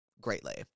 Greatly